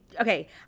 okay